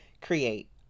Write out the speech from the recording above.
create